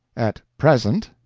at present.